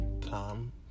Tom